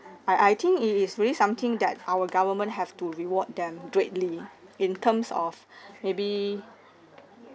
I I think it is really something that our government have to reward them greatly in terms of maybe